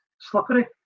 slippery